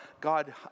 God